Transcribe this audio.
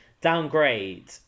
downgrade